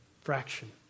fraction